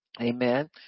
Amen